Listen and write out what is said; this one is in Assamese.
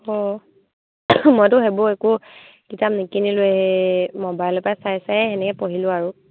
অঁ মইতো সেইবোৰ একো কিতাপ নিকিনিলোৱে সেই মোবাইলৰ পৰা চাই চাইয়ে তেনেকৈ পঢ়িলোঁ আৰু